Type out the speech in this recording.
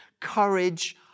courage